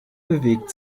bewegt